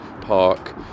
Park